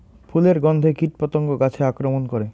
ফুলের গণ্ধে কীটপতঙ্গ গাছে আক্রমণ করে?